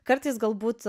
kartais galbūt